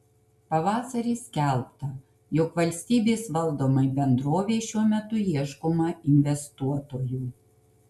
pavasarį skelbta jog valstybės valdomai bendrovei šiuo metu ieškoma investuotojų